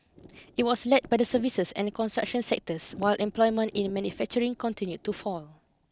it was led by the services and construction sectors while employment in manufacturing continued to fall